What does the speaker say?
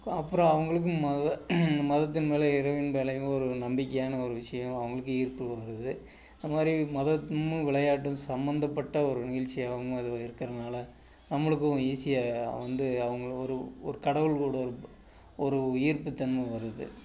அப்புறோம் அவங்களுக்கும் மத இந்த மதத்தின் மேல் இறைவன் மேலேயும் ஒரு நம்பிக்கையான ஒரு விஷயம் அவங்களுக்கும் ஈர்ப்பு வருது அதை மாதிரி மதமும் விளையாட்டும் சம்பந்தப்பட்ட ஒரு நிகழ்ச்சியாகவும் அது இருக்கிறனால நம்பளுக்கும் ஈஸியாக வந்து அவங்கள ஒரு ஒரு கடவுள் கூட ஒரு ஈர்ப்புத் தன்மை வருது